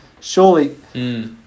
Surely